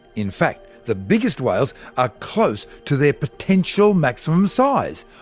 in fact, the biggest whales are close to their potential maximum size.